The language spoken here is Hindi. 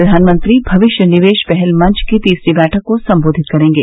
प्रधानमंत्री भविष्य निवेश पहल मंच की तीसरी बैठक को सम्बोधित करेंगे